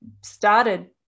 started